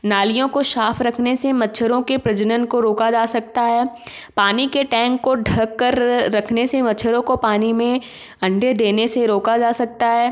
नालियों को साफ रखने से मच्छरों के प्रजनन को रोका जा सकता है पानी के टैंक को ढककर रखने से मच्छरों को पानी में अंडे देने से रोका जा सकता है